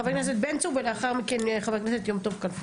חבר הכנסת בן צור ולאחר מכן חבר הכנסת יום טוב כלפון.